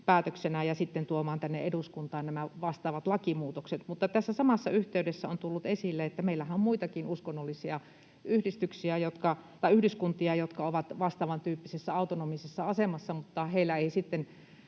sitten tuomaan tänne eduskuntaan nämä vastaavat lakimuutokset. Mutta tässä samassa yhteydessä on tullut esille, että meillähän on muitakin uskonnollisia yhdyskuntia, jotka ovat vastaavantyyppisessä autonomisessa asemassa, mutta heillä ei